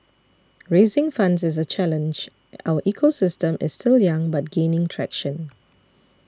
raising funds is a challenge our ecosystem is still young but gaining traction